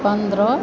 पन्द्रह